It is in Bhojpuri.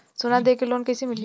सोना दे के लोन कैसे मिली?